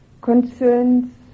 concerns